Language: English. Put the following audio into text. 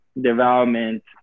development